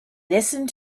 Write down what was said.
listened